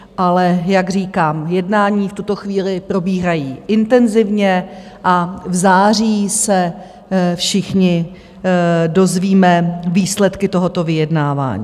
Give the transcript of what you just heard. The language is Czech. Ale jak říkám, jednání v tuto chvíli probíhají intenzivně a v září se všichni dozvíme výsledky tohoto vyjednávání.